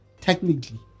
technically